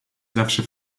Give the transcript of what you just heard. zawsze